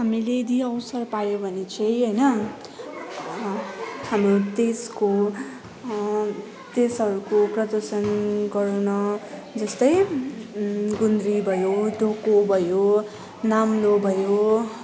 हामीले यदि अवसर पायो भने चाहिँ होइन हाम्रो देशको देशहरूको प्रदर्शन गर्न जस्तै गुन्द्री भयो डोको भयो नाम्लो भयो